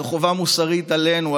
זו חובה מוסרית עלינו,